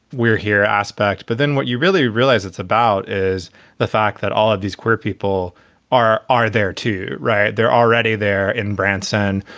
we're here aspect. but then what you really realize it's about is the fact that all of these queer people are are there to write. they're already there in branson,